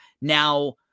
Now